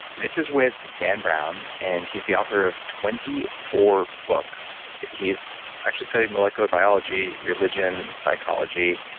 this is with dan brown, and he's the author of twenty or books. he's actually studied molecular biology religion, psychology,